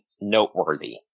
noteworthy